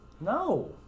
No